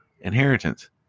inheritance